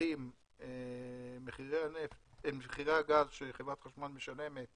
שמחירי הגז שחברת החשמל משלמת